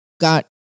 got